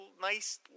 nice